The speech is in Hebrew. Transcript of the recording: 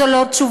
זו לא תשובה.